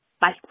Bye